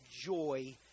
joy